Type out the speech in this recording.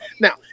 Now